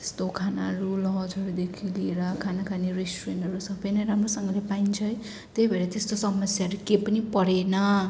त्यस्तो खानाहरू लजहरूदेखि लिएर खाना खाने रेस्टुरेन्टहरू सबै नै राम्रोसँगले पाइन्छ है त्यही भएर त्यस्तो समास्याहरू केही पनि परेन